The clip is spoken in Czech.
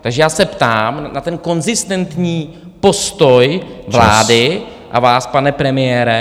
Takže já se ptám na ten konzistentní postoj vlády... ...a vás, pane premiére.